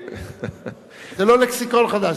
זה לא לקסיקון חדש.